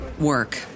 work